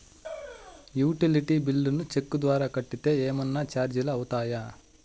Utility bills ను cheque ద్వారా కట్టితే ఏమన్నా చార్జీలు అవుతాయా?